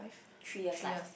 three years like